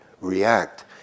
react